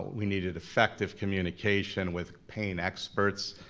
we needed effective communication with pain experts,